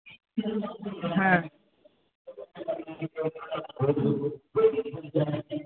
হ্যাঁ